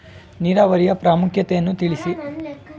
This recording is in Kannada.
ನೀರಾವರಿಯ ಪ್ರಾಮುಖ್ಯತೆ ಯನ್ನು ತಿಳಿಸಿ?